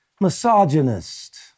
Misogynist